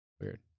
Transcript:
Weird